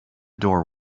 door